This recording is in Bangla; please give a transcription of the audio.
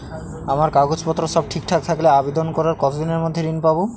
আমার কাগজ পত্র সব ঠিকঠাক থাকলে আবেদন করার কতদিনের মধ্যে ঋণ পাব?